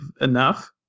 enough